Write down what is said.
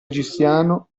egiziano